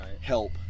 help